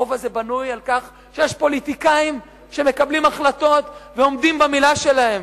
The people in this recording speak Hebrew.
הרוב הזה בנוי על כך שיש פוליטיקאים שמקבלים החלטות ועומדים במלה שלהם,